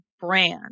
brand